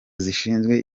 zishinzwe